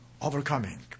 Overcoming